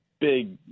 big